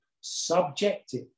Subjective